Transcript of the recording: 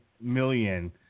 million